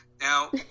Now